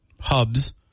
hubs